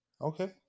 Okay